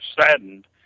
saddened